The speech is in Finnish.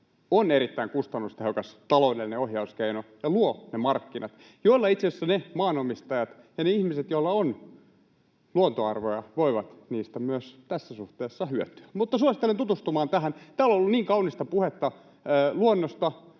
on erittäin kustannustehokas taloudellinen ohjauskeino ja luo ne markkinat, joilla itse asiassa ne maanomistajat ja ne ihmiset, joilla on luontoarvoja, voivat niistä myös tässä suhteessa hyötyä. Suosittelen tutustumaan tähän. Täällä on ollut niin kaunista puhetta luonnosta.